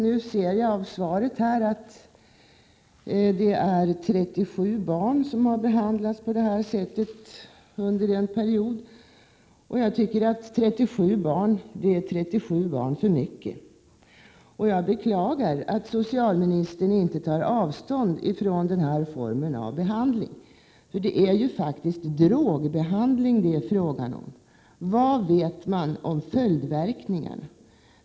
Nu hör jag av svaret att 37 barn har behandlats på det här sättet under en period, och jag tycker att 37 barn är 37 barn för mycket. Jag beklagar att socialministern inte tar avstånd ifrån den här formen av behandling, för det är faktiskt fråga om drogbehandling. Vad vet man om följdverkningarna?